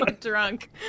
drunk